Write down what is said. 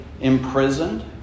imprisoned